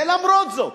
ולמרות זאת,